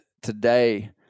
today